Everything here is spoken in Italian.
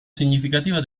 significativa